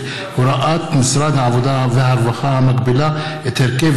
ומירב בן ארי בנושא: הוראת משרד העבודה והרווחה המגבילה את הרכב